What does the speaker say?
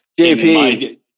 JP